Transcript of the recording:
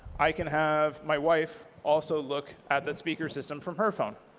i can have my wife also look at that speaker system from her phone.